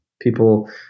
people